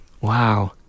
Wow